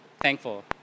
thankful